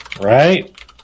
right